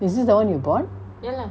is it the one you bought